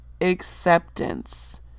acceptance